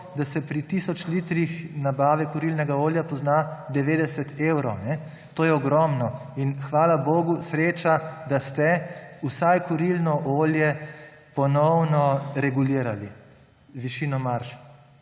da se pri nabavi tisoč litrov kurilnega olja pozna 90 evrov. To je ogromno. In hvala bogu, sreča, da ste vsaj kurilno olje ponovno regulirali, višino marž,